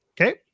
okay